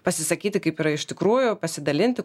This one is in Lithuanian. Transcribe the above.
pasisakyti kaip yra iš tikrųjų pasidalinti